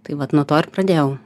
tai vat nuo to ir pradėjau